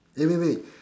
eh wait wait